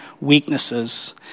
weaknesses